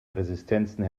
resistenzen